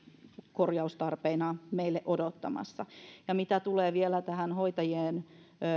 korjaustarpeina meillä odottamassa mitä tulee vielä tähän hoitajien